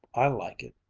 i like it,